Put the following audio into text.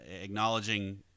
acknowledging